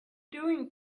doing